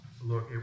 look